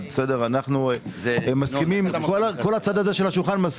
כל הצד הזה של השולחן.